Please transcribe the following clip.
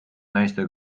naiste